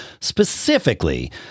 specifically